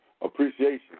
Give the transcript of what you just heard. appreciation